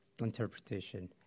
interpretation